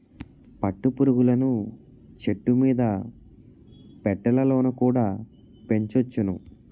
పట్టు పురుగులను చెట్టుమీద పెట్టెలలోన కుడా పెంచొచ్చును